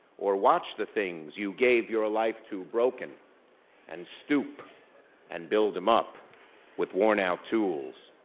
or watch the things you gave your life to broken and stoop and build them up with worn out tools.